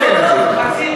חצי אשכנזי.